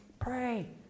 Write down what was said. Pray